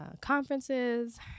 conferences